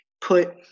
put